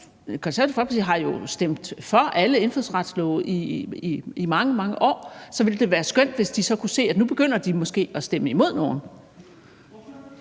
Konservative Folkeparti har jo stemt for alle indfødsretslove i mange, mange år, og så ville det være skønt, hvis de kunne se, at nu begynder de måske at stemme imod nogen.